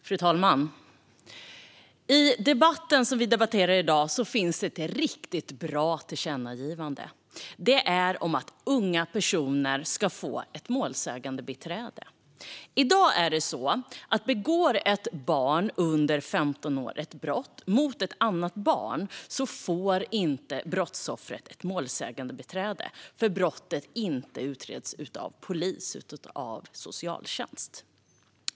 Fru talman! Bland det som vi debatterar i dag finns ett riktigt bra tillkännagivande om att unga personer ska få ett målsägandebiträde. Om ett barn under 15 år i dag begår ett brott mot ett annat barn får inte brottsoffret ett målsägandebiträde därför att brottet inte utreds av polis utan av socialtjänst.